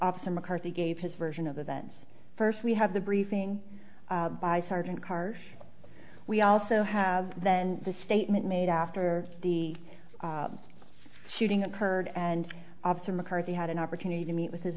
optima carthy gave his version of events first we have the briefing by sergeant card we also have then the statement made after the shooting occurred and obscene mccarthy had an opportunity to meet with his